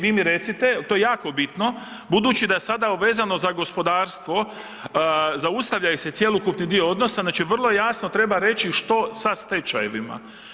Vi mi recite, to je jako bitno, budući da sada vezano za gospodarstvo, zaustavlja ih se cjelokupni dio odnosa, znači vrlo jasno treba reći što sa stečajevima.